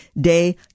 Day